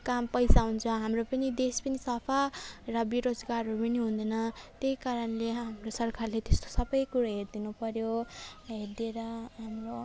काम पैसा हुन्छ हाम्रो पनि देश पनि सफा र बेरोजगारहरू पनि हुँदैन त्यही कारणले हाम्रो सरकारले त्यस्तो सबै कुरो हेरिदिनु पर्यो अनि हेरिदिएर हाम्रो